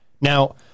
Now